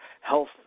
health